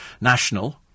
National